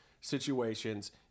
situations